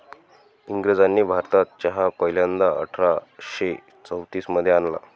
इंग्रजांनी भारतात चहा पहिल्यांदा अठरा शे चौतीस मध्ये आणला